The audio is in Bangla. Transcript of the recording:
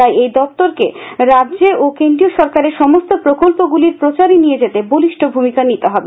তাই এই দপ্তরকে রাজ্য ও কেন্দ্রীয় সরকারের সমস্ত প্রকল্পগুলি প্রচারে নিয়ে যেতে বলিষ্ঠ ভূমিকা নিতে হবে